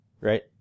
right